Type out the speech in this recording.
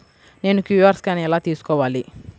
నేను QR scan ఎలా తీసుకోవాలి?